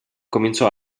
cominciò